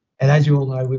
and as you all know,